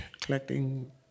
collecting